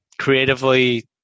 creatively –